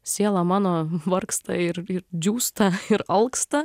siela mano vargsta ir džiūsta ir alksta